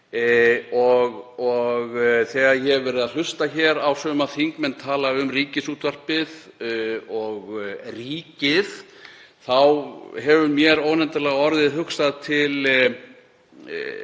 og þegar ég hef verið að hlusta á suma þingmenn tala um Ríkisútvarpið og ríkið þá hefur mér óneitanlega orðið hugsað til